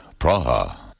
Praha